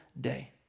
day